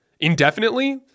indefinitely